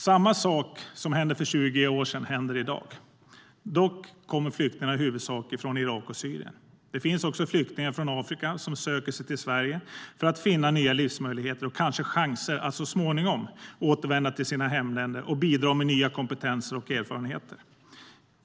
Samma sak som hände för 20 år sedan händer i dag; dock kommer flyktingarna i huvudsak från Irak och Syrien. Det finns också flyktingar från Afrika som söker sig till Sverige för att finna nya livsmöjligheter och kanske chanser att så småningom återvända till sina hemländer och bidra med nya kompetenser och erfarenheter.